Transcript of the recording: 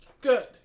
Good